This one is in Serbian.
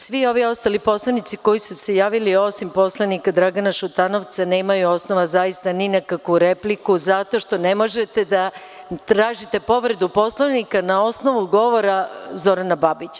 Svi ovi ostali poslanici koji su se javili, osim poslanika Dragana Šutanovca, nemaju osnova zaista ni na kakvu repliku zato što ne možete datražite povredu Poslovnika na osnovu govora Zorana Babića.